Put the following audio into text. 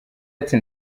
ati